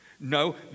No